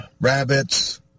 rabbits